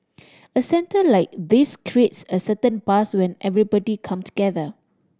a centre like this creates a certain buzz when everybody come together